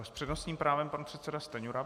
S přednostním právem pan předseda Stanjura.